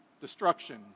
destruction